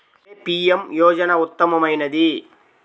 ఏ PM యోజన ఉత్తమమైనది?